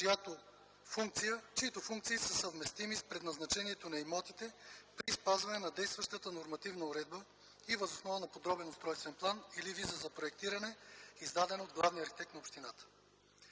чиито функции са съвместими с предназначението на имотите, при спазване на действащата нормативна уредба и въз основа на подробен устройствен план или виза за проектиране, издадена от главния архитект на общината.